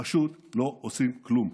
פשוט לא עושים כלום.